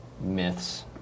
myths